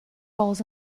balls